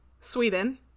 Sweden